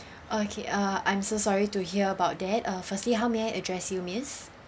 okay uh I'm so sorry to hear about that uh firstly how may I address you miss